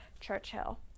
Churchill